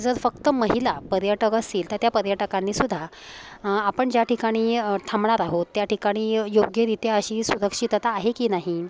जर फक्त महिला पर्यटक असेल तर त्या पर्यटकांनीसुद्धा आपण ज्या ठिकाणी थांबणार आहोत त्या ठिकाणी योग्यरित्या अशी सुरक्षितता आहे की नाही